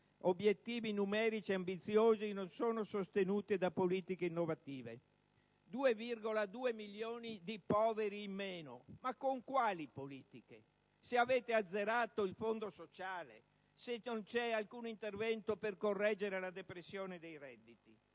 obiettivi numerici ambiziosi non sono sostenuti da politiche innovative; si parla di 2,2 milioni di poveri in meno, ma con quali politiche ciò si realizzerebbe, se avete azzerato il Fondo sociale e se non c'è alcun intervento per correggere la depressione dei redditi?